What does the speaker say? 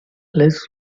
les